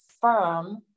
firm